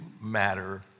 matter